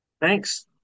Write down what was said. Thanks